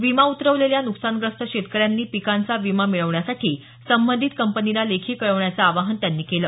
विमा उतरवलेल्या नुकसानग्रस्त शेतकऱ्यांनी पिकांचा विमा मिळवण्यासाठी संबंधित कंपनीला लेखी कळवण्याचं आवाहन त्यांनी केलं